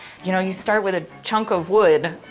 you know you start with a chunk of wood.